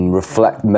reflect